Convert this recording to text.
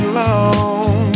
long